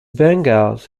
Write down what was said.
bengals